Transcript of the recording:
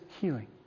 healing